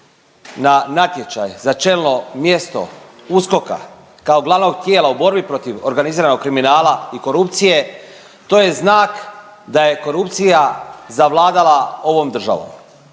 na natječaj za čelno mjesto USKOK-a kao glavnog tijela u borbi protiv organiziranog kriminala i korupcije to je znak da je korupcija zavladala ovom državom